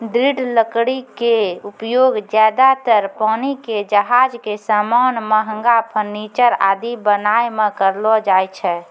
दृढ़ लकड़ी के उपयोग ज्यादातर पानी के जहाज के सामान, महंगा फर्नीचर आदि बनाय मॅ करलो जाय छै